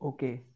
Okay